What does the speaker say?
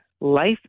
life